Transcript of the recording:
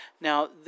Now